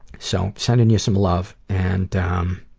so, sending you some love, and um,